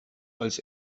als